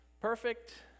Perfect